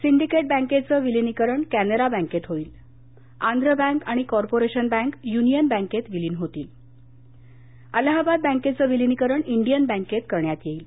syndicate बँकेचं विलिनिकरण कॅनरा बँकेत होईल आंध्र बँक आणि कार्पोरेशन बँक यूनियन बँकेत विलिन होतील अलाहाबाद बँकेचं विलिनीकरण इंडियन बँकेत करण्यात येईल